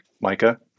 Micah